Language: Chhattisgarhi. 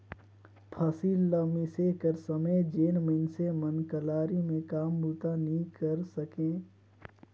फसिल ल मिसे कर समे जेन मइनसे मन कलारी मे काम बूता नी करे सके, ओ मइनसे मन हेसुवा ले ही धान पान ल कोड़थे